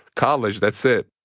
college. that's it.